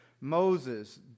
Moses